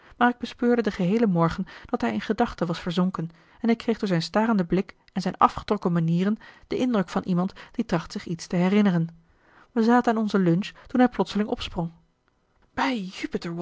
maar ik bespeurde den geheelen morgen dat hij in gedachten was verzonken en ik kreeg door zijn starenden blik en zijn afgetrokken manieren den indruk van iemand die tracht zich iets te herinneren wij zaten aan onzen lunch toen hij plotseling opsprong